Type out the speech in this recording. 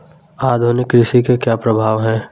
आधुनिक कृषि के क्या प्रभाव हैं?